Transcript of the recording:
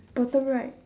bottom right